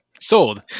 Sold